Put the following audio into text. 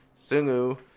Sungu